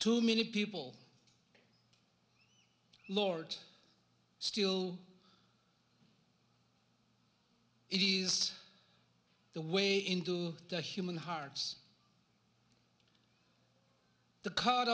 too many people lord still it is the way into the human hearts the